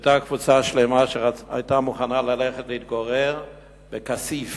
היתה קבוצה שלמה שהיתה מוכנה ללכת להתגורר בכסיף